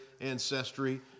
ancestry